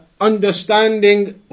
understanding